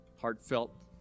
heartfelt